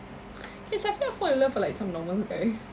can safirah fall in love with like some normal guy